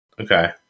Okay